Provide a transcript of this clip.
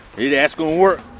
hey that's gonna work